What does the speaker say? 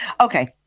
Okay